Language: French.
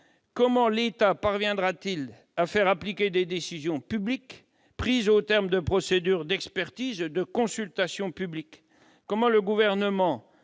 comment l'État parviendra-t-il à faire appliquer des décisions publiques prises au terme de procédures d'expertises et de consultations publiques ? Comment, par